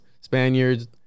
spaniards